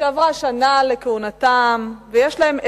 שעברה שנה לכהונתם ויש להם,